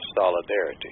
solidarity